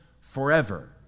forever